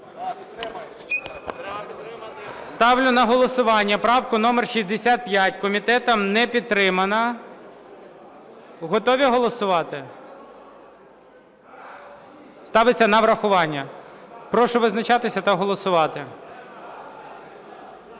Ставлю на голосування правку номер 65. Комітетом не підтримана. Готові голосувати? Ставиться на врахування. Прошу визначатися та голосувати.